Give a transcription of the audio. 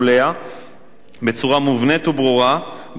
בצורה מובנית וברורה, גם שיקולים סביבתיים.